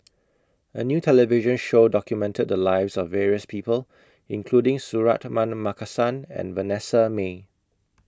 A New television Show documented The Lives of various People including Suratman Markasan and Vanessa Mae